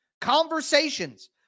conversations